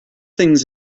things